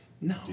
No